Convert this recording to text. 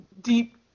deep